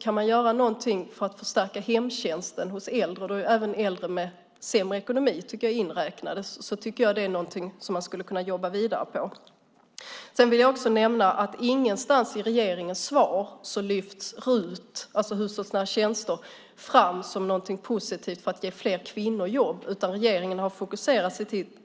Kan man göra någonting för att förstärka hemtjänsten för äldre, även inräknat äldre med sämre ekonomi, tycker jag att det är någonting som man skulle kunna jobba vidare med. Jag vill också nämna att ingenstans i regeringens svar lyfts RUT, det vill säga hushållsnära tjänster, fram som någonting positivt för att ge fler kvinnor jobb. Regeringen har